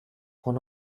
one